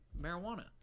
marijuana